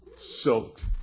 Soaked